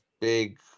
big